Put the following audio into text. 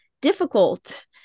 difficult